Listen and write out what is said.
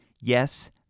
Yes